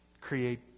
create